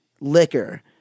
liquor